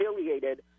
affiliated